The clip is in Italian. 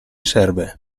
serve